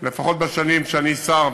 לפחות בשנים שאני שר,